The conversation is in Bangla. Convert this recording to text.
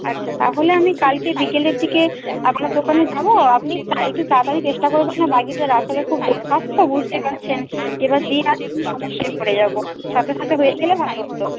আচ্ছা তাহলে আমি কালকে বিকেলের দিকে আপনার দোকানে যাব আপনি একটু তাড়াতাড়ি চেষ্টা করবেন লাগিয়ে দেওয়ার আসলে খুব দরকার তো বুঝতেই পারছেন এবার দিই আসলে সমস্যায় পড়ে যাব সাথে সাথে হয়ে গেলে ভালো হতো